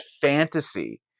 fantasy